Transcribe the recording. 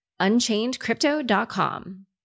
unchainedcrypto.com